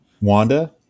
Wanda